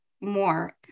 more